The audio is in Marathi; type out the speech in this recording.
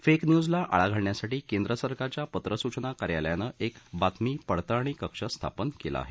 फेक न्यूजला आळा घालण्यासाठी केंद्र सरकारच्या पत्रसूचना कार्यालयानं एक बातमी पडताळणी कक्ष स्थापन केला आहे